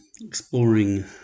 exploring